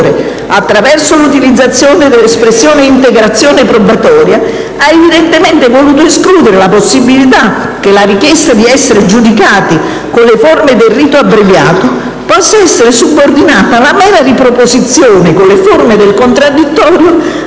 attraverso l'utilizzazione dell'espressione "integrazione" probatoria, ha evidentemente voluto escludere la possibilità che la richiesta di essere giudicati con le forme del rito abbreviato possa essere subordinata alla mera riproposizione con le forme del contraddittorio